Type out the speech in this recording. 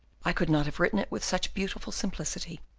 i could not have written it with such beautiful simplicity.